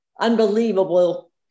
unbelievable